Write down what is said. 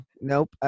nope